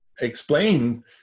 explain